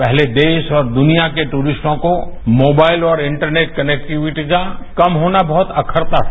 पहले देश और दुनिया के दूरिस्टों को मोबाइल और इंटरनेट कनेक्टिविटी का कम होना बहुत अखरता था